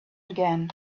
again